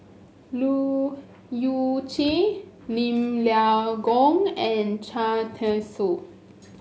Leu Yew Chye Lim Leong Geok and Cham Tao Soon